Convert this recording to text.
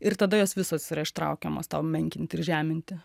ir tada jos visos yra ištraukiamos tau menkinti ir žeminti